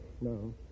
No